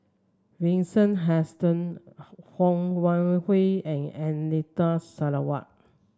Vincent Hoisington Ho Wan Hui and Anita Sarawak